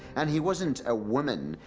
and he wasn't a woman,